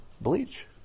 bleach